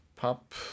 pop